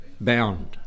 bound